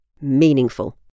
meaningful